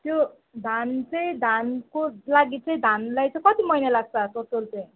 त्यो धान चाहिँ धानको लागि चाहिँ धानलाई चाहिँ कति महिना लाग्छ अब त्यो चाहिँ